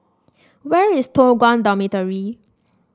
where is Toh Guan Dormitory